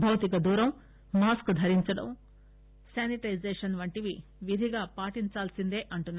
భౌతిక దూరం మాస్క్ ధరించడం శానిటైజేషన్ వంటివి విధిగా పాటించాల్సిందేనంటున్నారు